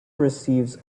receives